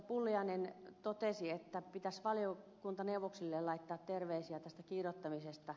pulliainen totesi että pitäisi valiokuntaneuvoksille laittaa terveisiä tästä kirjoittamisesta